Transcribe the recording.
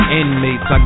inmates